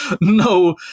no